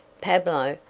pablo,